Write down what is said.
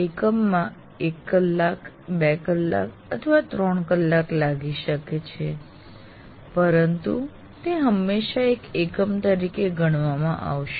એકમમાં 1 કલાક 2 કલાક અથવા 3 કલાક લાગી શકે છે પરંતુ તે હંમેશા એક એકમ તરીકે ગણવામાં આવશે